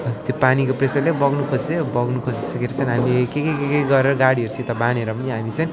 त्यो पानीको प्रेसरले बग्नु खोज्यो बग्नु खोजिसकेर चाहिँ हामीले के के गरेर गाडीहरूसित बाँधेर पनि हामी चाहिँ आइपुगियो